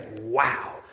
wow